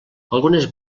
algunes